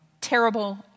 terrible